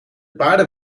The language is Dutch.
paarden